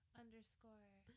underscore